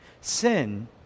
Sin